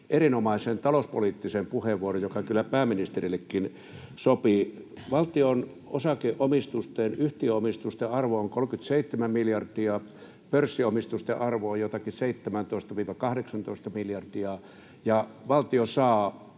erinomaisen talouspoliittisen puheenvuoron, joka kyllä pääministerillekin sopii. Valtion osakeomistusten, yhtiöomistusten, arvo on 37 miljardia, pörssiomistusten arvo on jotakin 17—18 miljardia, ja valtio saa